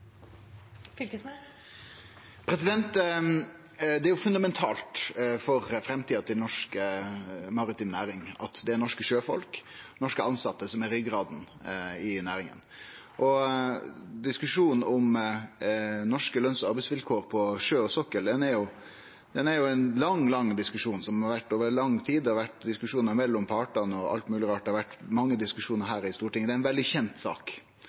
fundamentalt for framtida til norsk maritim næring at det er norske sjøfolk og norske tilsette som er ryggraden i næringa. Diskusjonen om norske løns- og arbeidsvilkår på sjø og sokkel er ein lang, lang diskusjon som har vore over lang tid. Det har vore diskusjonar mellom partane og alt mogleg rart. Det har vore mange diskusjonar her i Stortinget. Det er ein veldig kjend sak.